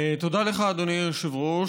תודה לך, אדוני היושב-ראש.